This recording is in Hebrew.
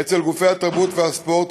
העסקתם אצל גופי התרבות והספורט,